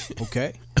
Okay